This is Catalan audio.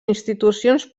institucions